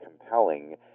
compelling